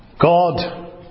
God